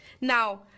Now